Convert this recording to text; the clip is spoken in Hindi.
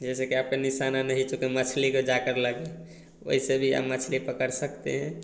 जैसे कि आपका निशाना नहीं चुके मछली को जाकर लगे वैसे भी आप मछली पकड़ सकते हैं